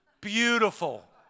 Beautiful